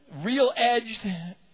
real-edged